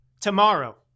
tomorrow